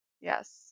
Yes